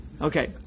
Okay